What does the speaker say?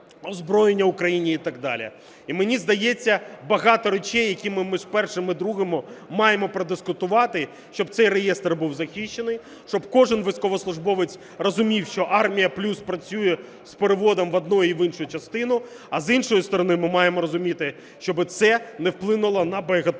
І мені здається, багато речей, які ми між першим і другим маємо продискутувати, щоб цей реєстр був захищений, щоб кожен військовослужбовець розумів, що "Армія+" працює з переводом в одну й в іншу частину. А з іншої сторони ми маємо розуміти, щоби це не вплинуло на боєготовність